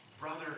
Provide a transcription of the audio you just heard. brother